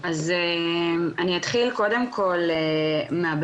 אני אתחיל קודם כל מהבסיס.